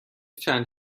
چند